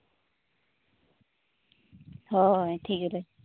ᱦᱳᱭ ᱴᱷᱤᱠ ᱜᱮ